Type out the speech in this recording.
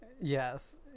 yes